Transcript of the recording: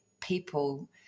people